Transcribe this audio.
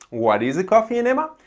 what is a coffee enema?